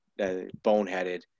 boneheaded